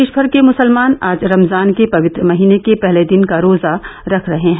देश भर के मुसलमान आज रमजान के पवित्र महीने के पहले दिन का रोजा रख रहे हैं